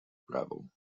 gravel